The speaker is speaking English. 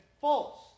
false